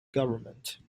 government